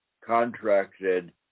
contracted